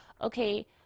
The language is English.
okay